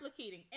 Replicating